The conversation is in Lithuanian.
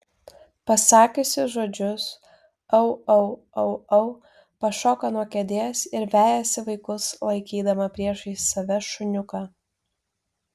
pasakiusi žodžius au au au au pašoka nuo kėdės ir vejasi vaikus laikydama priešais save šuniuką